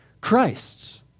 Christ's